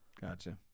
Gotcha